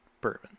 bourbon